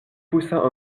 poussa